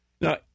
Now